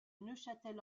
neufchâtel